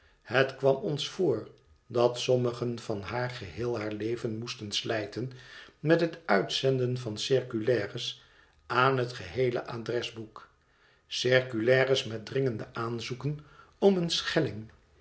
het kwam ons voor dat sommigen van haar geheel haar leven moesten slijten met het uitzenden van circulaires aan het geheele adresboek circulaires met dringende aanzoeken om een schelling